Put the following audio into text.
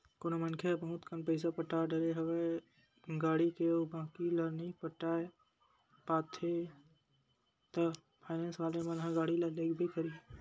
कोनो मनखे ह बहुत कन पइसा पटा डरे हवे गाड़ी के अउ बाकी ल नइ पटा पाते हे ता फायनेंस वाले मन ह गाड़ी ल लेगबे करही